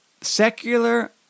secular